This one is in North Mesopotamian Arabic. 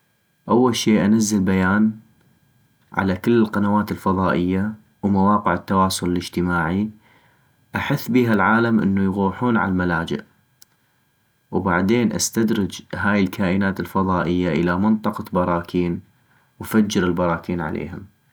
اول شي انزل بيان على كل القنوات الفضائية ومواقع التواصل الاجتماعي احث بيها العالم انو يغوحون عالملاجئ ، بعدين استدرج هاي الكائنات الفضائية الى منطقة براكين وافجر البراكين عليهم